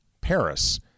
Paris